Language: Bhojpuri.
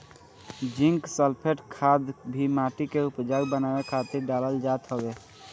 जिंक सल्फेट खाद भी माटी के उपजाऊ बनावे खातिर डालल जात हवे